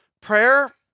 Prayer